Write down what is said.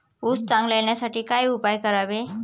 ऊस चांगला येण्यासाठी काय उपाय करावे?